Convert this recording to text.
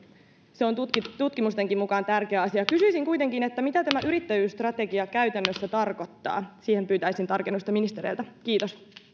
se on tutkimustenkin mukaan tärkeä asia kysyisin kuitenkin mitä tämä yrittäjyysstrategia käytännössä tarkoittaa siihen pyytäisin tarkennusta ministereiltä kiitos